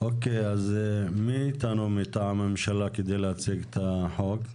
מי אתנו מטעם הממשלה כדי להציג את החוק?